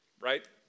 right